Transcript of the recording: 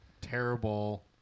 Terrible